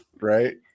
right